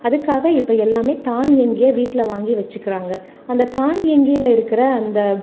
அதுக்காக இப்போ எல்லாமே தானியங்கியாக வீட்டில் வாங்கி வச்சுக்கிறாங்க அந்த தானியங்கியில் இருக்கிற அந்த